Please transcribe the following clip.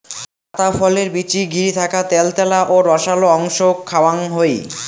আতা ফলের বীচিক ঘিরি থাকা ত্যালত্যালা ও রসালো অংশক খাওয়াং হই